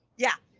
yeah.